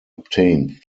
obtained